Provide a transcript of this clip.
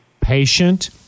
patient